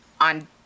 on